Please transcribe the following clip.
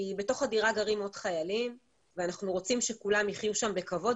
כי בתוך הדירה גרים עוד חיילים ואנחנו רוצים שכולם יחיו שם בכבוד.